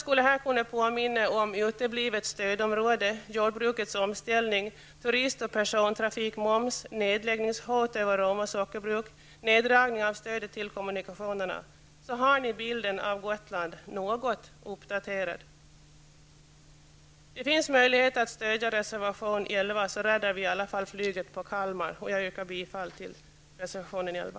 Om jag påminner om uteblivet stödområde, jordbrukets omställning, turist och persontrafikmoms, nedläggningshot över Roma sockerbruk och neddragning av stödet till kommunikationerna, så har ni bilden av Gotland något uppdaterad. Om vi stöder reservation 11, räddar vi i alla fall flyget på Kalmar. Jag yrkar bifall till reservation nr 11.